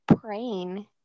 praying